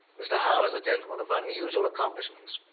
mr. howe is a gentleman of unusual accomplishments.